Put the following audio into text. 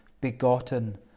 begotten